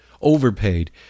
overpaid